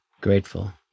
grateful